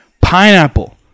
pineapple